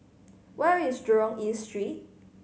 where is Jurong East Street